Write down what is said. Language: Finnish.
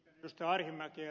kiitän ed